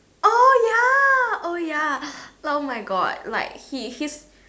oh ya oh ya oh my God like he his